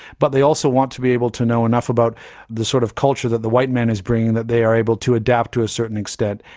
but they also want to be able to know enough about the sort of culture that the white man is bringing that they are able to adapt to a certain extent.